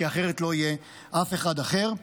כי אחרת לא יהיה אף אחד אחר.